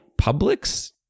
Publix